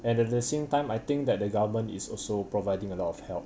and at the same time I think that the government is also providing a lot of help